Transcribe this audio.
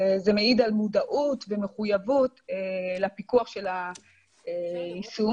זה מעיד על מודעות ומחויבות לפיקוח של היישום.